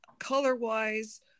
color-wise